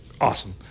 awesome